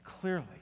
clearly